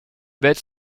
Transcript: bêtes